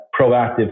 proactive